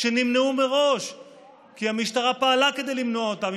שנמנעו מראש כי המשטרה פעלה כדי למנוע אותן,